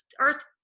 earth